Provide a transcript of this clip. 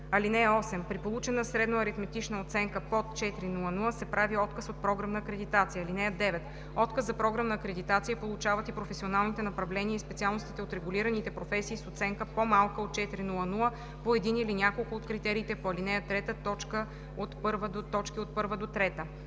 години. (8) При получена средноаритметична оценка под 4,00 се прави отказ от програмна акредитация. (9) Отказ за програмна акредитация получават и професионалните направления и специалностите от регулираните професии с оценка по-малка от 4,00 по един или няколко от критериите по ал. 3, т. 1 – 3.